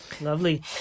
Lovely